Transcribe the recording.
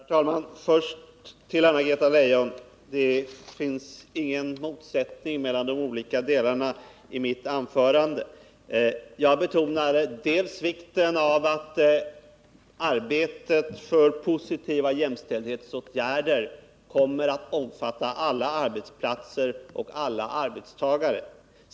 Herr talman! Först till Anna-Greta Leijon! Det finns ingen motsättning mellan de olika delarna av mitt anförande. Jag betonade vikten av att arbetet för positiva jämställdhetsåtgärder kommer att omfatta alla arbetsplatser och alla arbetstagare.